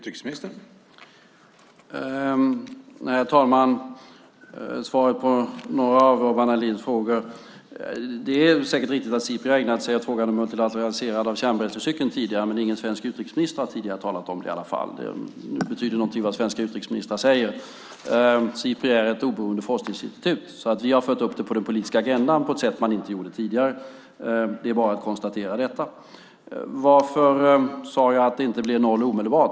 Herr talman! Som svar på några av Urban Ahlins frågor: Det är säkert riktigt att Sipri tidigare har ägnat sig åt frågan om multilateralisering av kärnbränslecykeln. Men ingen svensk utrikesminister i alla fall har tidigare talat om det; det betyder någonting vad svenska utrikesministrar säger. Sipri är ett oberoende forskningsinstitut, så vi har fört upp det på den politiska agendan på ett sätt som man inte tidigare gjorde; det är bara att konstatera detta. Varför sade jag att det inte blev noll omedelbart?